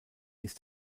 ist